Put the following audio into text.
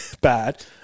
bad